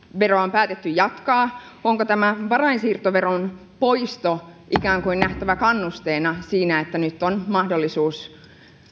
päätetty jatkaa onko tämä varainsiirtoveron poisto ikään kuin nähtävä kannusteena sille että nyt on mahdollisuus